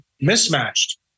mismatched